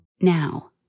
Now